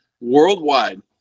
worldwide